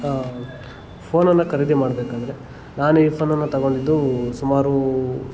ಫೋನನ್ನು ಖರೀದಿ ಮಾಡಬೇಕಂದ್ರೆ ನಾನು ಈ ಫೋನನ್ನು ತಗೊಂಡಿದ್ದೂ ಸುಮಾರು